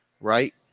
Right